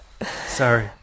Sorry